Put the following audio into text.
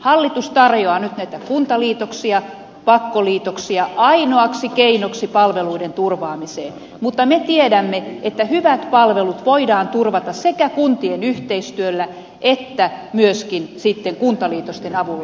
hallitus tarjoaa nyt näitä kuntaliitoksia pakkoliitoksia ainoaksi keinoksi palveluiden turvaamiseen mutta me tiedämme että hyvät palvelut voidaan turvata sekä kuntien yhteistyöllä että myöskin sitten kuntaliitosten avulla